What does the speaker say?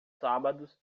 sábados